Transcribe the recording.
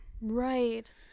right